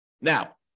Now